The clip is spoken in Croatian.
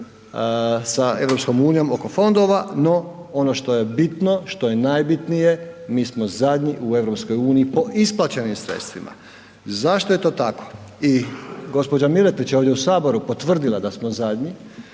sa EU oko fondova, no ono što je bitno što je najbitnije, mi smo zadnji u EU po isplaćenim sredstvima. Zašto je to tako? I gospođa Miletić je ovdje u Saboru potvrdila da smo zadnji,